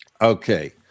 Okay